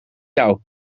jou